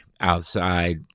outside